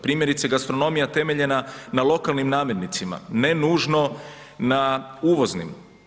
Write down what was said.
Primjerice, gastronomija temeljena na lokalnim namirnicama, ne nužno na uvoznim.